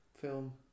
film